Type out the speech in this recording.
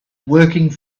working